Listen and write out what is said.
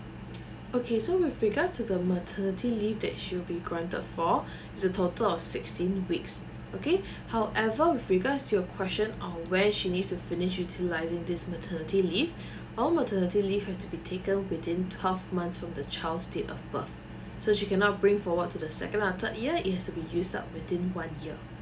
okay so with regards to the maternity leave that she will be granted for is a total of sixteen weeks okay however with regards to your question on when she need to finish utilising this maternity leave all maternity leave have to be taken within twelve months from the child's date of birth so she cannot bring forward to the second or third year it has to be used up within one year